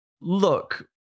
Look